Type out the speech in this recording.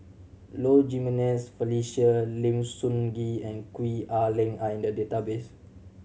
Low Jimenez Felicia Lim Sun Gee and Gwee Ah Leng are in the database